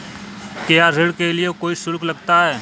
क्या ऋण के लिए कोई शुल्क लगता है?